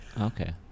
Okay